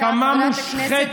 חברת הכנסת,